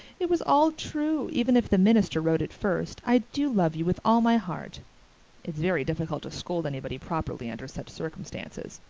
it was all true, even if the minister wrote it first. i do love you with all my heart it's very difficult to scold anybody properly under such circumstances.